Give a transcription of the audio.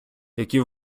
які